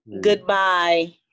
Goodbye